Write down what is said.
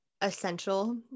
essential